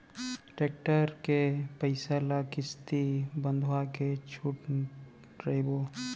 tractor के पइसा ल किस्ती बंधवा के छूटत रइबो